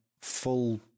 full